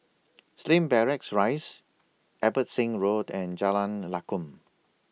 Slim Barracks Rise Abbotsingh Road and Jalan Lakum